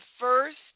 first